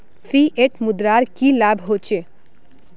Fiat मुद्रार की लाभ होचे?